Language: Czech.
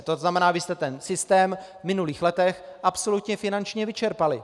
To znamená, vy jste ten systém v minulých letech absolutně finančně vyčerpali.